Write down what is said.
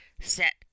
set